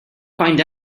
find